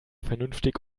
vernünftig